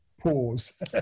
pause